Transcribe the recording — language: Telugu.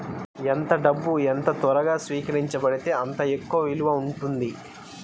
ఎంత డబ్బు ఎంత త్వరగా స్వీకరించబడితే అంత ఎక్కువ విలువ ఉంటుంది